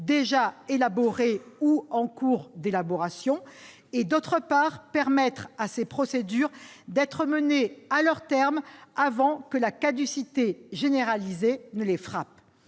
déjà élaborés ou en cours d'élaboration, et, d'autre part, permettre à ces procédures d'être menées à leur terme avant que la caducité généralisée ne les frappe.